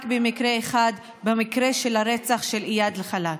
רק במקרה אחד, במקרה של הרצח של איאד אלחלאק.